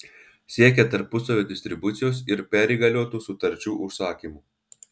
siekia tarpusavio distribucijos ir perįgaliotų sutarčių užsakymų